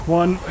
one